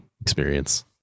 experience